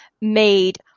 made